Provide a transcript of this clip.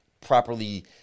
properly